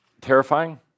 Terrifying